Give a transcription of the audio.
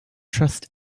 trust